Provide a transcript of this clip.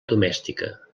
domèstica